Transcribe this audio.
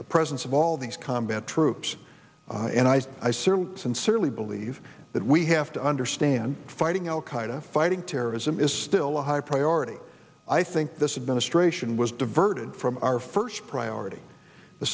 the presence of all these combat troops and eyes i certainly sincerely believe that we have to understand fighting al qaeda fighting terrorism is still a high priority i think this administration was diverted from our first priority the